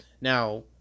Now